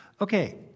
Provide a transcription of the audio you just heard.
Okay